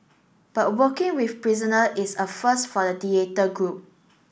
but working with prisoner is a first for the theatre group